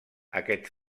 aquest